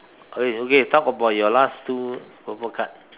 okay okay talk about your last two purple card